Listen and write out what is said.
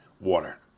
water